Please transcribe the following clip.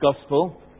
gospel